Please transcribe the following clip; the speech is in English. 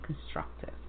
constructive